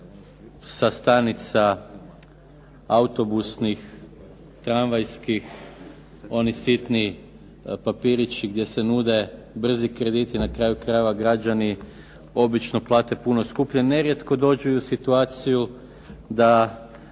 sa stanica autobusnih, tramvajskih oni sitni papirići gdje se nude brzi krediti. Na kraju krajeva građani obično plate puno skuplje. Nerijetko dođu i u situaciju da